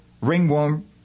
ringworm